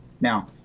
Now